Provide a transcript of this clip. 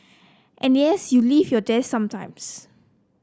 and yes you leave your desk sometimes